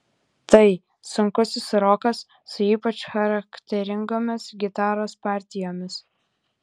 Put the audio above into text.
tai sunkusis rokas su ypač charakteringomis gitaros partijomis